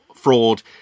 Fraud